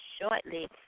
shortly